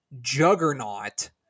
juggernaut